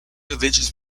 religious